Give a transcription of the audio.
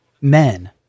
men